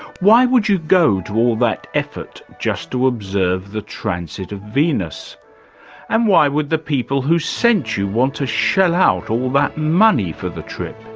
why would you go to all that effort just to observe the transit of venus and why would the people who sent you want to shell out all that money for the trip?